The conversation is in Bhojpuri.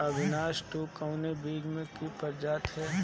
अविनाश टू कवने बीज क प्रजाति ह?